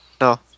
no